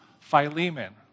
Philemon